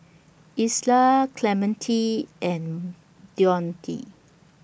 Isla Clemente and Dionte